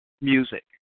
music